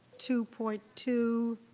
two point two.